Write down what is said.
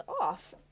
off